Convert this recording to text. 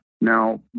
now